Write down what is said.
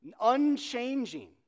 unchanging